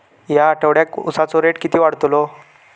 या आठवड्याक उसाचो रेट किती वाढतलो?